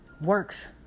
works